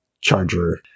charger